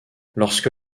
lorsque